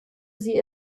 sie